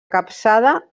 capçada